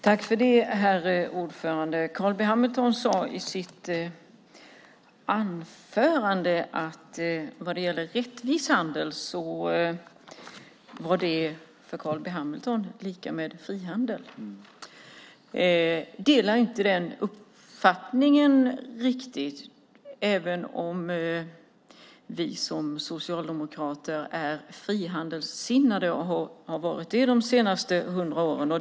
Herr talman! Carl B Hamilton sade i sitt anförande att rättvis handel för honom var lika med frihandel. Jag delar inte riktigt den uppfattningen, även om vi socialdemokrater är frihandelssinnade och har varit det de senaste hundra åren.